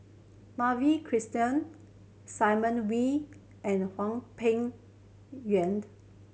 Madhavi Krishnan Simon Wee and Hwang Peng